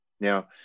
Now